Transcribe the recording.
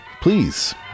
please